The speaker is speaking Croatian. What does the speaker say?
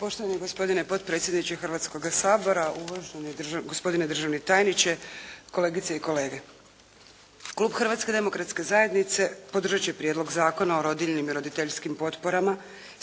Poštovani gospodine potpredsjedniče Hrvatskoga sabora, uvaženi, gospodine državni tajniče, kolegice i kolege. Klub Hrvatske demokratske zajednice podržat će Prijedlog zakona o rodiljnim i roditeljskim potporama